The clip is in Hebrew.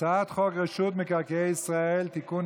הצעת חוק רשות מקרקעי ישראל (תיקון,